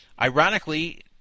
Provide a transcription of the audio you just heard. Ironically